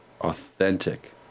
Authentic